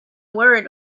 word